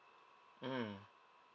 mm